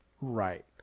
Right